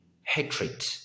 hatred